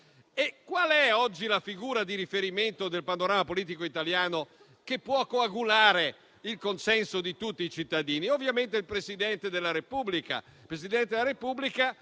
E qual è oggi la figura di riferimento del panorama politico italiano che può coagulare il consenso di tutti i cittadini? Ovviamente, il Presidente della Repubblica,